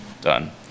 done